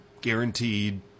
guaranteed